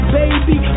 baby